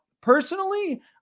personally